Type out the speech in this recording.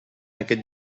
aquest